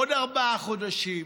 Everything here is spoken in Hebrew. עוד ארבעה חודשים,